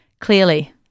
clearly